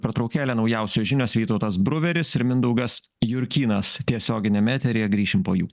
pertraukėlę naujausios žinios vytautas bruveris ir mindaugas jurkynas tiesioginiam eteryje grįšim po jų